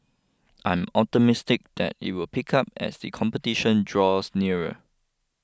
I'm optimistic that it will pick up as the competition draws nearer